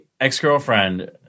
ex-girlfriend